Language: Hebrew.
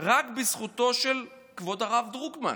רק בזכותו של כבוד הרב דרוקמן